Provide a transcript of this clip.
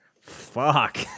Fuck